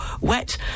wet